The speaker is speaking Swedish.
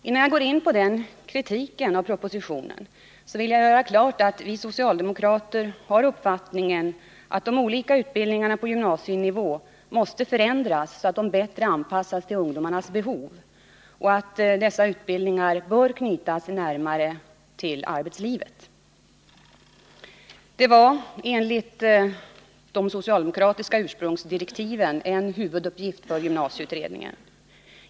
Innan jag går in på den kritiken av propositionen vill jag göra klart att vi socialdemokrater har den uppfattningen att de olika utbildningarna på gymnasienivå måste förändras, så att de bättre anpassas till ungdomarnas behov och att dessa utbildningar bör knytas närmare till arbetslivet. Detta var— enligt de socialdemokratiska ursprungsdirektiven — en huvuduppgift för gymnasieutredningen.